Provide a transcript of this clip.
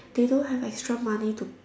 they don't have extra money to